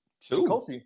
Two